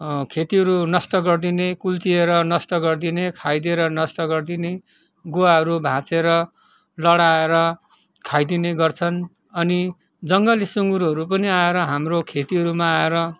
खेतीहरू नष्ट गरिदिने कुल्चिएर नष्ट गरिदिने खाइदिएर नष्ट गरिदिने गुवाहरू भाँचेर लडाएर खाइदिने गर्छन् अनि जङ्गली सुँगुरहरू पनि आएर हाम्रो खेतीहरूमा आएर